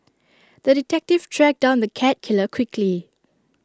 the detective tracked down the cat killer quickly